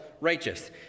righteous